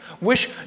Wish